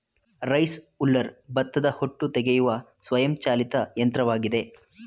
rice huller ಭತ್ತದ ಹೊಟ್ಟು ತೆಗೆಯುವ ಸ್ವಯಂ ಚಾಲಿತ ಯಂತ್ರವಾಗಿದೆ